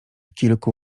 kilku